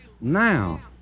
Now